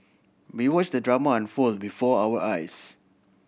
we watch the drama unfold before our eyes